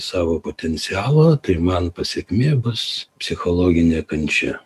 savo potencialo tai man pasekmė bus psichologinė kančia